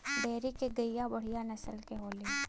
dairy के गईया बढ़िया नसल के होली